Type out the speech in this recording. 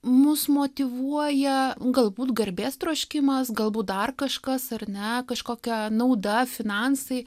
mus motyvuoja galbūt garbės troškimas galbūt dar kažkas ar ne kažkokia nauda finansai